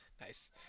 nice